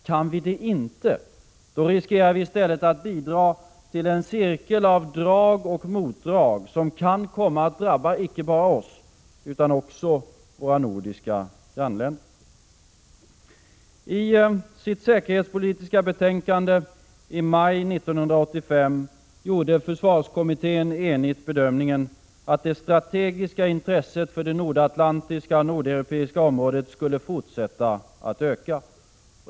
Kan vi det inte, riskerar vi i stället att bidra till en cirkel av drag och motdrag som kan komma att drabba icke bara oss, utan också våra nordiska grannländer. I sitt säkerhetspolitiska betänkande i maj 1985 gjorde försvarskommittén den eniga bedömningen att det strategiska intresset för det nordatlantiska och nordeuropeiska området skulle fortsätta att öka.